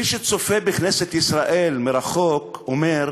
מי שצופה בכנסת ישראל מרחוק אומר: